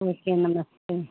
okay नमस्ते